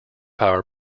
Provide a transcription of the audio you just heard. power